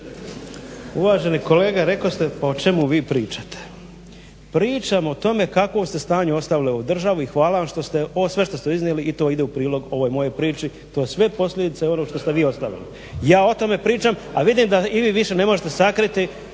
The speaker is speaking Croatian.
Uvaženi kolega rekli ste o čemu vi pričate. Pričam o tome u kakvom ste stanju ostavili ovu državu i hvala vam što ste iznijeli i to ide u prilog ovoj mojoj priči. To je sve posljedica onoga što ste vi ostavili. Ja o tome pričam a vidim da i vi više ne možete sakriti